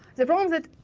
the problem is that,